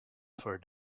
for